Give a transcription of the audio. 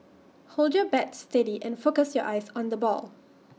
hold your bat steady and focus your eyes on the ball